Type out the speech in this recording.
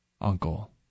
uncle